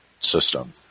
system